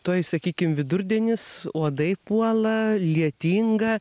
tuoj sakykim vidurdienis uodai puola lietinga